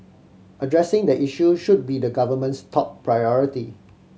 addressing the issue should be the government's top priority